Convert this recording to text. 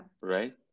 right